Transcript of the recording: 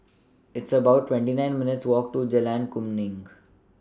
It's about twenty nine minutes' Walk to Jalan Kemuning